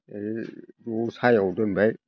एरै बबावबा सायहायाव दोनबाय